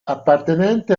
appartenente